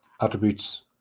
Attributes